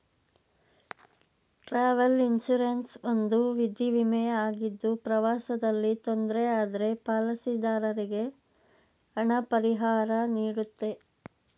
travel insurance ಒಂದು ವಿಧ ವಿಮೆ ಆಗಿದ್ದು ಪ್ರವಾಸದಲ್ಲಿ ತೊಂದ್ರೆ ಆದ್ರೆ ಪಾಲಿಸಿದಾರರಿಗೆ ಹಣ ಪರಿಹಾರನೀಡುತ್ತೆ